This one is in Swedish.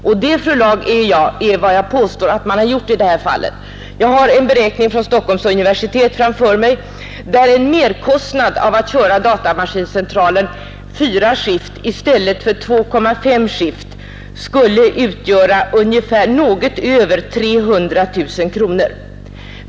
Det är också, fru Laag, vad jag påstår att man har gjort i detta fall. Jag har i min hand en beräkning från Stockholms universitet, enligt vilken merkostnaden för att köra datamaskincentralen i 4-skift i stället för 2,5-skift skulle utgöra något över 300 000 kronor.